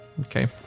Okay